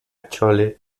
chole